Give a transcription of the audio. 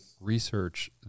research